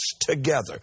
together